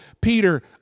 Peter